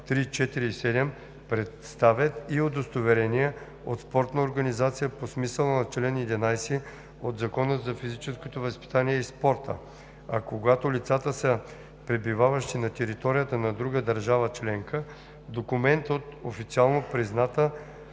3, 4 и 7 представят и удостоверение от спортна организация по смисъла на чл. 11 от Закона за физическото възпитание и спорта, а когато лицата са пребиваващи на територията на друга държава членка – документ от официално призната